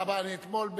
אתמול,